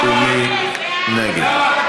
מי נגד?